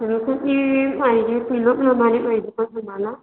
नको की पाहिजे किलोप्रमाणे पाहिजे का तुम्हाला